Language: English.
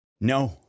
No